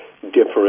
different